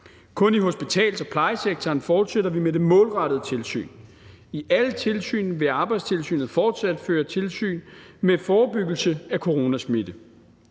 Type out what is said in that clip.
kun i hospitals- og plejesektoren fortsætter vi med det målrettede tilsyn. I forhold til alle typer tilsyn vil Arbejdstilsynet fortsat føre tilsyn med forebyggelse af coronasmitte.